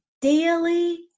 daily